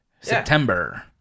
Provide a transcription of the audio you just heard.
September